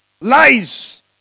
lies